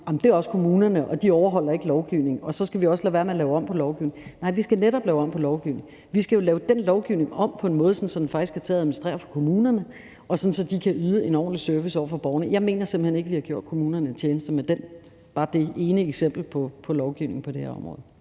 bare er kommunerne, og at de ikke overholder lovgivningen, og at vi også skal lade være med at lave om på lovgivningen, vil jeg sige, at nej, vi skal netop lave om på lovgivningen. Vi skal jo lave den lovgivning om på en måde, så den faktisk er til at administrere for kommunerne, og så de kan yde en ordentlig service over for borgerne. Jeg mener simpelt hen ikke, vi har gjort kommunerne en tjeneste med bare det ene eksempel på lovgivning på det her område.